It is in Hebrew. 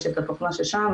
יש את התוכנה של שע"ם,